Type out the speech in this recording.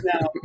Now